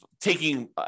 taking